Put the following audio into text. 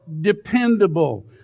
dependable